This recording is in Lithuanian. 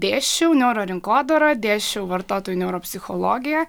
dėsčiau neurorinkodarą dėsčiau vartotojų neuropsichologiją